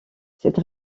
cette